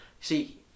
See